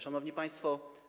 Szanowni Państwo!